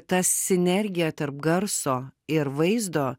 ta sinergija tarp garso ir vaizdo